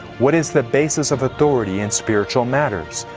what is the basis of authority in spiritual matters?